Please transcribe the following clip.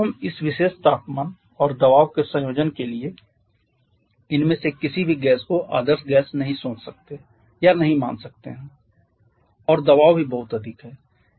तब हम इस विशेष तापमान और दबाव के संयोजन के लिए इनमेसे किसी भी गैस को आदर्श गैस नहीं सोच सकते हैं या नहीं मान सकते हैं और दबाव भी बहुत अधिक है